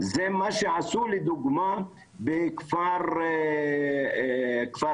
זה מה שעשו לדוגמה בכפר כמא,